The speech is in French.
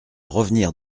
revenir